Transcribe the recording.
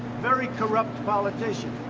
very corrupt politician.